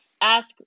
ask